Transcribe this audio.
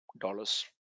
dollars